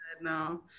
No